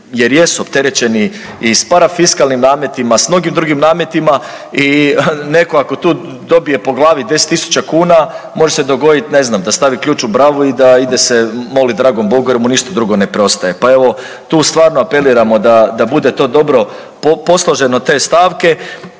jer jesu opterećeni i s parafiskalnim nametima, s mnogim drugim nametima i neko ako tu dobije po glavi 10 000 kn, može se dogoditi ne znam, da stavi ključ u bravu i da ide se molit dragom Bogu jer mu ništa drugo ne preostaje, pa evo, tu stvarno apeliramo da bude to dobro posloženo te stavke